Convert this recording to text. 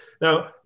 Now